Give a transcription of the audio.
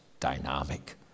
Dynamic